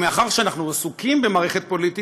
ומאחר שאנחנו עסוקים במערכת פוליטית,